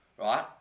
right